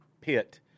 pit